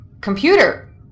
computer